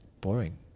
boring